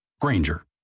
Granger